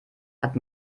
hat